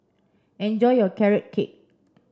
enjoy your carrot cake